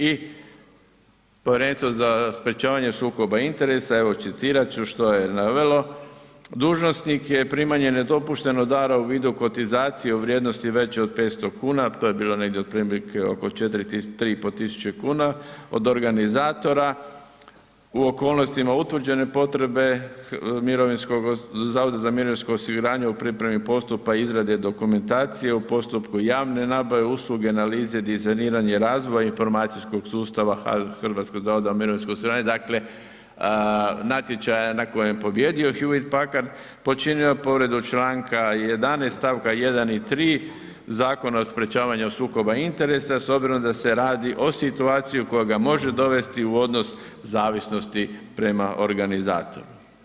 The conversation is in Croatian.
I Povjerenstvo za sprječavanje sukoba interesa, evo citirati ću šta je navelo, dužnosnik je primanjem nedopuštenog dara u vidu kotizacije u vrijednosti veće od 500 kuna, to je bilo negdje otprilike oko 3,5 tisuće kuna, od organizatora u okolnostima utvrđene potrebe zavoda za mirovinsko osiguranje u pripremi postupa izrade dokumentacije u postupku javne nabave, usluge, analize, dizajniranje, razvoj informacijskog sustava HZMO-a, dakle natječaja na kojem je pobijedio Hjuit-Pakard počinio povredu članka 11. stavka 1. i 3. Zakona o sprječavanju sukoba interesa s obzirom da se radi o situaciji koja ga može dovesti u odnos zavisnosti prema organizatoru.